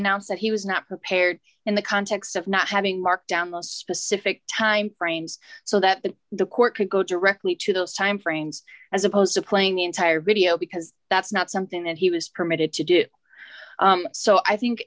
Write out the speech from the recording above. announced that he was not prepared in the context of not having mark down most specific time frames so that the court could go directly to those timeframes as opposed to playing the entire video because that's not something that he was permitted to do so i think